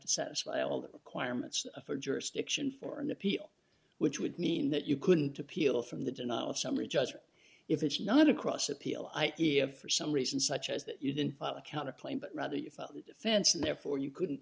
to satisfy all the requirements for jurisdiction for an appeal which would mean that you couldn't appeal from the denial of summary judgment if it's not across appeal i have for some reason such as that you didn't file a counterclaim but rather you felt the defense and therefore you couldn't